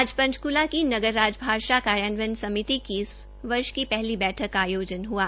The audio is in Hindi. आज पंचकुला की नगर राजभाषा कार्यान्वयन समिति की इस वर्ष की पहली बैठक का आयोजन हआ